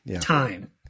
time